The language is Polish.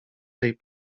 tej